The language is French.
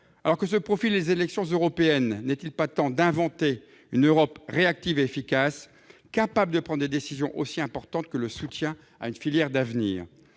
Alors que se profilent les élections européennes, n'est-il pas temps d'inventer une Europe réactive et efficace, capable de prendre des décisions aussi importantes que le soutien à une filière d'avenir ?